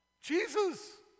Jesus